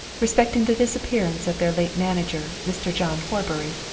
respecting the disappearance of their late manager, mr. john horbury,